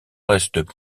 reste